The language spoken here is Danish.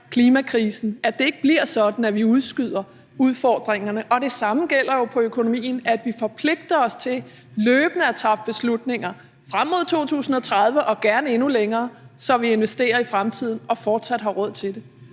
at det ikke bliver sådan, at vi udskyder udfordringerne. Og det samme gælder jo for økonomien, altså at vi forpligter os til løbende at træffe beslutninger frem mod 2030 og gerne endnu længere, så vi investerer i fremtiden og fortsat har råd til det.